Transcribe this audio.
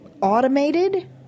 automated